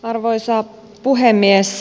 arvoisa puhemies